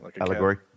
Allegory